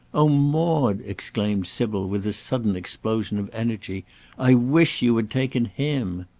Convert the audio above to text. oh, maude! exclaimed sybil, with a sudden explosion of energy i wish you had taken him!